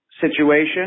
situation